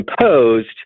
imposed